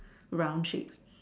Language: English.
round shape